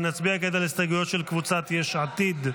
נצביע כעת על ההסתייגויות של קבוצת יש עתיד.